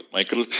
Michael